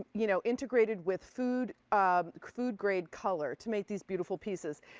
you know integrated with food um food grade colors, to make these beautiful pieces,